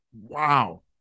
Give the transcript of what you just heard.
wow